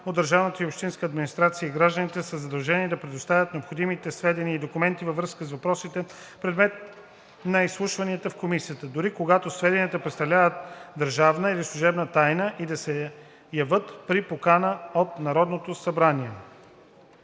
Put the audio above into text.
от държавната и общинската администрация и граждани са задължени да предоставят необходимите сведения и документи във връзка с въпросите, предмет на изслушвания в комисията, дори когато сведенията представляват държавна или служебна тайна, и да се явят при покана от Народното събрание.“